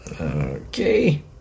Okay